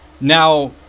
now